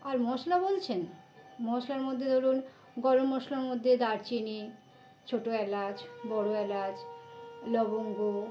আর মশলা বলছেন মশলার মধ্যে ধরুন গরম মশলার মধ্যে দারচিনি ছোট এলাচ বড় এলাচ লবঙ্গ